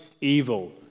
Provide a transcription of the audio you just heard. evil